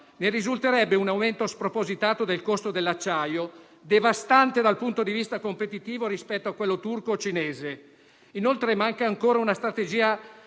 ne risulterebbe un aumento spropositato del costo dell'acciaio, devastante dal punto di vista competitivo rispetto a quello turco-cinese. Manca ancora una strategia